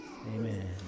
Amen